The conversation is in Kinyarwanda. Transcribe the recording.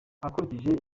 akurikije